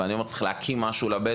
ואני אומר בהם שצריך להקים משהו לבדואים,